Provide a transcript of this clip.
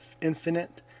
Infinite